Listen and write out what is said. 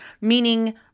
meaning